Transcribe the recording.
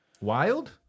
Wild